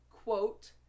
Quote